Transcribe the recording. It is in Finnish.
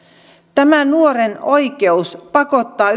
tämä nuoren oikeus pakottaa